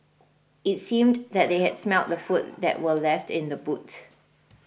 it seemed that they had smelt the food that were left in the boot